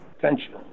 potential